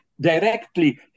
directly